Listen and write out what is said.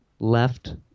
left